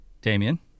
Damien